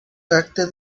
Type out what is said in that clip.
tracta